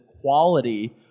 quality